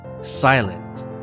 silent